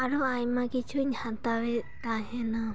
ᱟᱨᱚ ᱟᱭᱢᱟ ᱠᱤᱪᱷᱩᱧ ᱦᱟᱛᱟᱣᱮᱫ ᱛᱟᱦᱮᱱᱟ